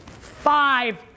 five